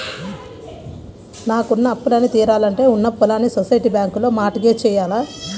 నాకున్న అప్పులన్నీ తీరాలంటే ఉన్న పొలాల్ని సొసైటీ బ్యాంకులో మార్ట్ గేజ్ జెయ్యాల